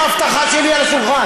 הינה, יש לך הבטחה שלי על השולחן.